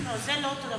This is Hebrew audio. לא, זה לא אותו הדבר.